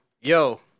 Yo